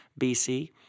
BC